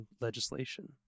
legislation